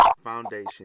foundation